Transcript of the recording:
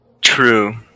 True